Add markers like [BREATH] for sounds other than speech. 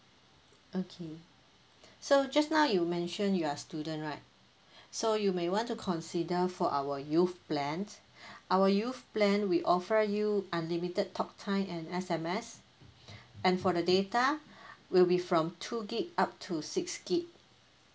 okay so just now you mentioned you are student right so you may want to consider for our youth plan [BREATH] our youth plan we offer you unlimited talk time and S_M_S [BREATH] and for the data [BREATH] will be from two gig up to six gig